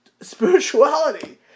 spirituality